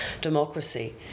democracy